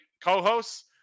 co-hosts